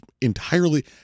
entirely